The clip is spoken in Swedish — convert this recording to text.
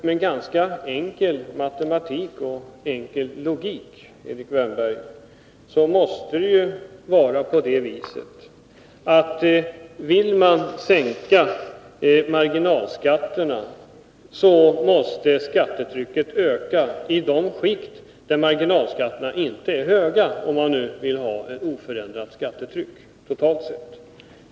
Med ganska enkel matematik och enkel logik kan man finna att det måste vara på följande sätt, Erik Wärnberg: Om man vill sänka marginalskatterna, måste skattetrycket öka i de skikt där marginalskatterna inte är höga — om man nu vill ha ett oförändrat skattetryck, totalt sett.